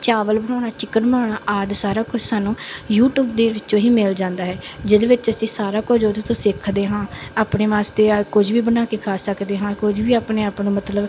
ਚਾਵਲ ਬਣਾਉਣਾ ਚਿੱਕਨ ਬਣਾਉਣਾ ਆਦਿ ਸਾਰਾ ਕੁਛ ਸਾਨੂੰ ਯੂਟਿਊਬ ਦੇ ਵਿੱਚੋਂ ਹੀ ਮਿਲ ਜਾਂਦਾ ਹੈ ਜਿਹਦੇ ਵਿੱਚ ਅਸੀਂ ਸਾਰਾ ਕੁਝ ਉਹਦੇ ਤੋਂ ਸਿੱਖਦੇ ਹਾਂ ਆਪਣੇ ਵਾਸਤੇ ਆ ਕੁਝ ਵੀ ਬਣਾ ਕੇ ਖਾ ਸਕਦੇ ਹਾਂ ਕੁਝ ਵੀ ਆਪਣੇ ਆਪ ਨੂੰ ਮਤਲਬ